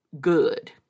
good